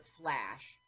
Flash